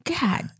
God